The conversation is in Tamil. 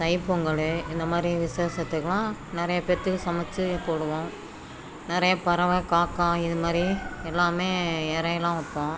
தைப்பொங்கல் இந்த மாதிரி விசேஷத்துக்குலாம் நிறையா பேர்த்துக்கு சமைச்சி போடுவோம் நிறையா பறவை காக்கா இது மாதிரி எல்லாமே இரையெல்லாம் வைப்போம்